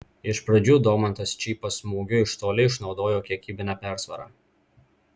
iš pradžių domantas čypas smūgiu iš toli išnaudojo kiekybinę persvarą